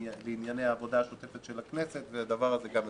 לענייני העבודה השוטפת של הכנסת והדבר הזה גם מקובל.